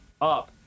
up